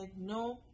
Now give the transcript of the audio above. no